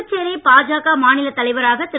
புதுச்சேரி பாஜக மாநில தலைவராக திரு